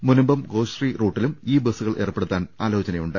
മുനമ്പം ഗോശ്രീ റൂട്ടിലും ഇ ബസ്സുകൾ ഏർപ്പെടുത്താൻ ആലോചനയുണ്ട്